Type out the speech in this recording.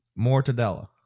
Mortadella